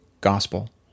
gospel